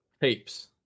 heaps